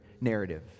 narrative